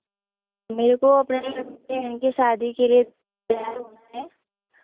मेरे को अपने बहन के शादी के लिए तैयार होना है